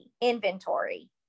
inventory